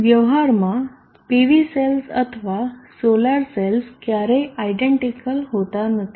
વ્યવહારમાં PV cells અથવા solar cells ક્યારેય આયડેન્ટીકલ હોતા નથી